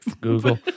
Google